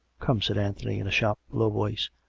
come, said anthony in a sharp, low voice,